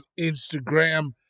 Instagram